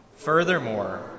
Furthermore